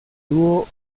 dúo